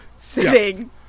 sitting